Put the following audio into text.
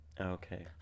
Okay